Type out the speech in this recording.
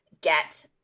get